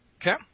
Okay